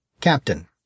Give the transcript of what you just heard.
Captain